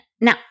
Now